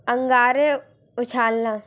अंगारे उछालना